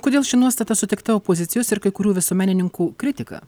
kodėl ši nuostata sutikta opozicijos ir kai kurių visuomenininkų kritika